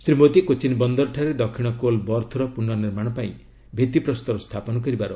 ଶ୍ରୀ ମୋଦୀ କୋଚିନ ବନ୍ଦରଠାରେ ଦକ୍ଷିଣ କୋଲ୍ ବର୍ଥର ପୁନର୍ନିର୍ମାଣ ପାଇଁ ଭିଭିପ୍ରସ୍ତର ସ୍ଥାପନ କରିବେ